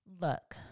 look